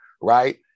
Right